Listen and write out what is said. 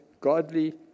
godly